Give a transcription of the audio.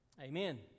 Amen